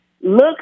Looks